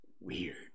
Weird